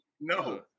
No